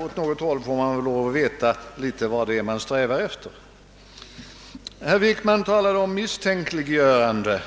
åt något håll, får man lov att veta litet om vad som eftersträvas. Statsrådet Wickman talade om misstänkliggörande.